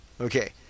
Okay